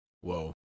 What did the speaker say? Whoa